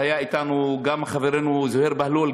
והיה אתנו גם חברנו זוהיר בהלול,